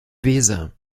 weser